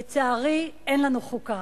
לצערי אין לנו חוקה.